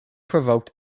provoked